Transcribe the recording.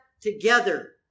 together